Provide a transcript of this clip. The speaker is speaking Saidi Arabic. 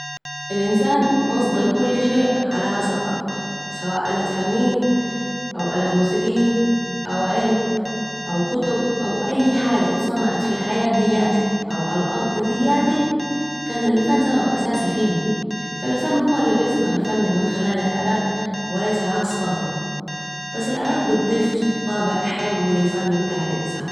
الانسان مصدر كل شيء على هذا الأرض سواء آلات فنيه أو الات موسيقيه أو علم او كتب او اي حاجه اتصنعت في الحياة دياتي في او علي الأرض دياتي.. كان الانسان سبب اساسي فيها فا الإنسان هو الي بيصنع الفن من خلال الأ لات و ليس العكس طبعاً ، بس الآلات بتضيف طابع حلو لللفن بتاع الإنسان